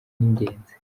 n’ingenzi